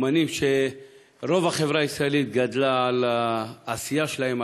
אמנים שרוב החברה הישראלית גדלה על העשייה שלהם,